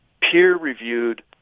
peer-reviewed